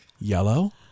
Yellow